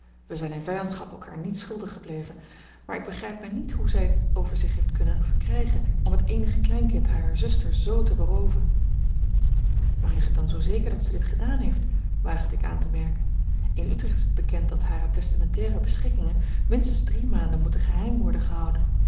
wij zijn in vijandschap elkaar niets schuldig gebleven maar ik begrijp mij niet hoe zij het over zich heeft kunnen verkrijgen om het eenige kleinkind harer zuster z te berooven maar is het dan zoo zeker dat zij dit gedaan heeft waagde ik aan te merken in utrecht is het bekend dat hare testamentaire beschikkingen minstens drie maanden moeten geheim worden gehouden